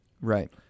Right